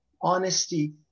honesty